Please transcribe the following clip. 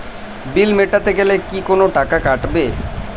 বিল মেটাতে গেলে কি কোনো টাকা কাটাবে?